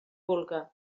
vulga